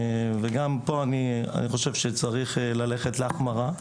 וגם פה אני חושב שצריך ללכת להחמרה.